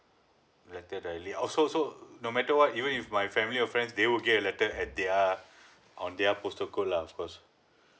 that that daily also so uh no matter what even if my family or friends they will get a letter at their on their postal code lah of course